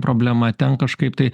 problema ten kažkaip tai